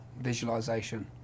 visualization